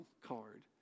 card